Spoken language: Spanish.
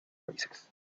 países